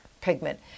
pigment